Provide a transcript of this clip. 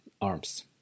arms